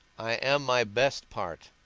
i am my best part,